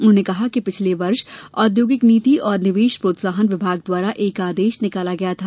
उन्होंने कहा कि पिछले वर्ष ओद्यौगिक नीति और निवेश प्रोत्साहन विभाग द्वारा एक आदेश निकाला गया था